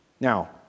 Now